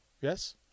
Yes